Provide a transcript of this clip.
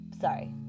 sorry